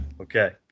Okay